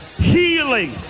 healing